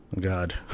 God